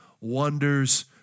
wonders